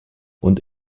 und